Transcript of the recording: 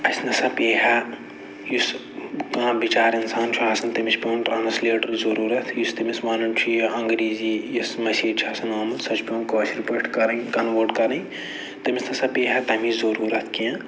اَسہِ نہ سا پیٚیہِ ہہ یُس کانٛہہ بِچارٕ اِنسان چھُ آسان تٔمِس چھِ پٮ۪وان ٹرٛانَسلیٹَر ضُروٗرت یُس تٔمِس وَنان چھِ یہِ انگریٖزی یۄس مسیج چھِ آسان آمٕژ سۄ چھِ پٮ۪وان کٲشِرۍ پٲٹھۍ کَرٕنۍ کَنوٲٹ کَرٕنۍ تٔمِس نہ سا پیٚیہِ ہہ تَمِچ ضُروٗرَت کیٚنہہ